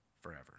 forever